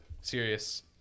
serious